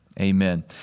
Amen